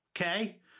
Okay